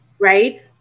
Right